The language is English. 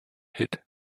hit